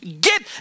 get